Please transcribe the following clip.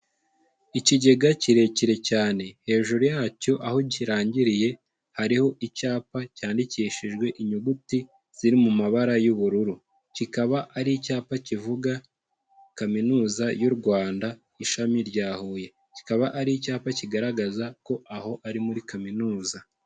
Ikigega kirekire cyane, hejuru yacyo aho kirangiriye hariho icyapa cyandikishijwe inyuguti ziri mu mabara y'ubururu. Kikaba ari icyapa kivuga kaminuza y'u Rwanda ishami rya Huye. Kikaba ari icyapa kigaragaza ko aho ari muri kaminuza.